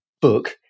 book